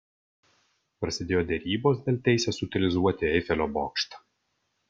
prasidėjo derybos dėl teisės utilizuoti eifelio bokštą